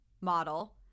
model